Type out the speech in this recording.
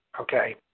okay